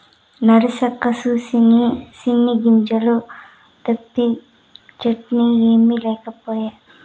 నరసక్కా, కూసిన్ని చెనిగ్గింజలు అప్పిద్దూ, చట్నీ ఏమి లేకపాయే